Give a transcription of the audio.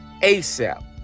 ASAP